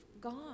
gone